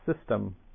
system